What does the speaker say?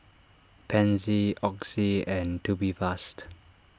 Pansy Oxy and Tubifast